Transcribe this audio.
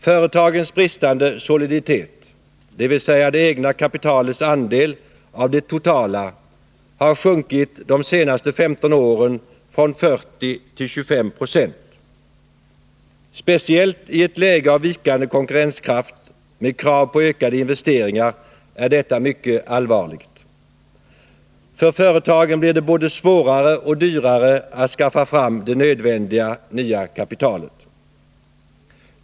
Företagens bristande soliditet, dvs. det egna kapitalets andel av det totala, har sjunkit de senaste 15 åren från 40 till 25 96. Speciellt i ett läge av vikande konkurrenskraft och med krav på ökade investeringar är detta mycket allvarligt. För företagen blir det både svårare och dyrare att skaffa fram det nödvändiga nya kapitalet.